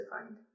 defined